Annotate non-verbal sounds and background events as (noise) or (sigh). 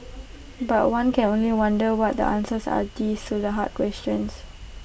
(noise) but one can only wonder what the answers are these though the hard questions